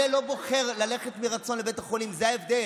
לא יחטטו בתיקים לאף אחד,